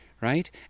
right